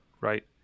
Right